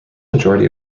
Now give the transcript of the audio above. majority